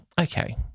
okay